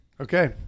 Okay